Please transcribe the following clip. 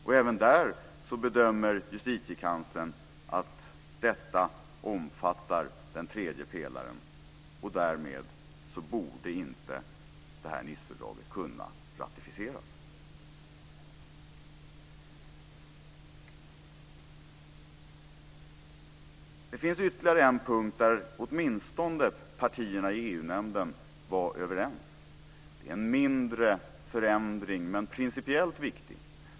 Och även där bedömer Justitiekanslern att detta omfattar den tredje pelaren och att detta Nicefördrag därmed inte borde kunna ratificeras. Det finns ytterligare en punkt där partierna var överens åtminstone i EU-nämnden. Det gäller en mindre förändring men som är principiellt viktig.